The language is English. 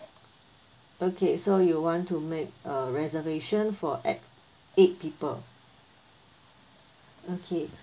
okay so you want to make a reservation for eight eight people okay